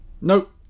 Nope